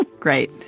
great